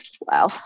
wow